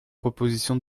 proposition